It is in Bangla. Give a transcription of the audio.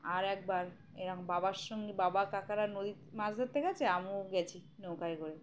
আর একবার এরকম বাবার সঙ্গে বাবা কাকারা নদীর মাছ ধরতে গেছে আমিও গেছি নৌকায় করে